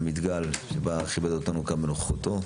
עמית גל שכיבד אותנו כאן בנוכחותו.